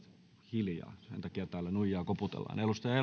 hiljaa sen takia täällä nuijaa koputellaan